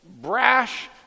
brash